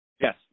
Yes